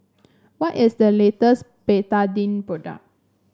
what is the latest Betadine product